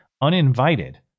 uninvited